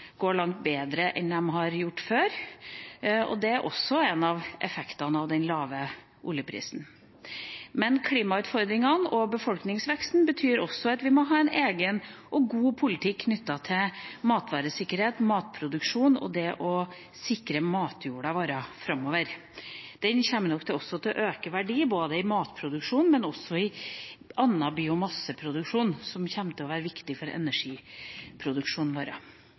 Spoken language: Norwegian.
går langt bedre enn de har gjort før. Det er også en av effektene av den lave oljeprisen. Klimautfordringene og befolkningsveksten betyr også at vi må ha en egen og god politikk knyttet til matvaresikkerhet, matproduksjon og det å sikre matjorda vår framover. Den kommer nok til å øke i verdi for matproduksjon, men også for annen biomasseproduksjon, som kommer til å være viktig for energiproduksjonen